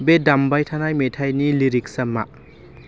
बे दामबाय थानाय मेथाइनि लिरिक्सआ मा